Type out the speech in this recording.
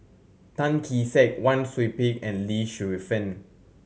Tan Kee Sek Wang Sui Pick and Lee Shu Fen